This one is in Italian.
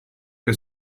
che